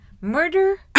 Murder